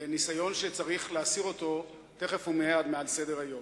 ניסיון שצריך להסיר אותו תיכף ומייד מעל סדר-היום.